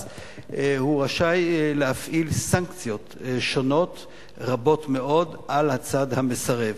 הוא לא בא לשנות משהו בתכנים שלפיהם בית-הדין פוסק,